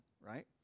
right